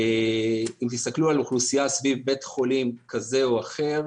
אם תסתכלו על אוכלוסייה סביב בית חולים כזה או אחר,